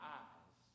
eyes